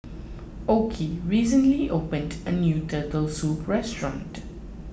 Okey recently opened a new Turtle Soup restaurant